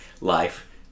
life